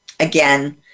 Again